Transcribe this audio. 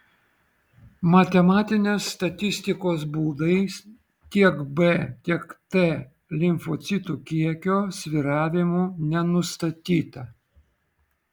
matematinės statistikos būdais tiek b tiek t limfocitų kiekio svyravimų nenustatyta